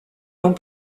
dans